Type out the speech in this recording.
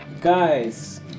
Guys